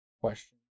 question